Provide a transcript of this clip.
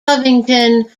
covington